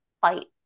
fight